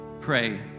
pray